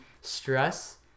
stress